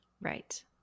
Right